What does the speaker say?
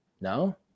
no